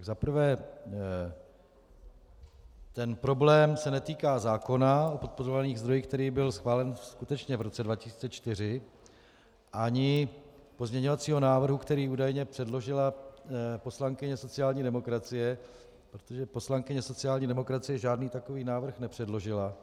Za prvé ten problém se netýká zákona o podporovaných zdrojích, který byl schválen skutečně v roce 2004, ani pozměňovacího návrhu, který údajně předložila poslankyně sociální demokracie, protože poslankyně sociální demokracie žádný takový návrh nepředložila.